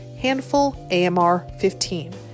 HandfulAMR15